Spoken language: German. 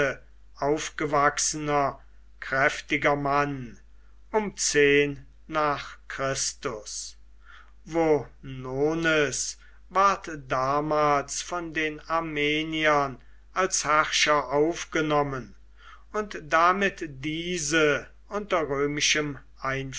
aufgewachsener tatkräftiger mann um zehn nach christes ward damals von den armeniern als herrscher aufgenommen und damit diese unter römischem